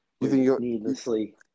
needlessly